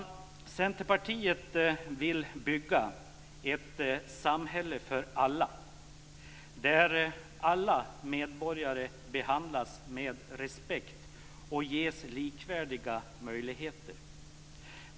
Centerpartiet vill bygga ett samhälle för alla där alla medborgare behandlas med respekt och ges likvärdiga möjligheter.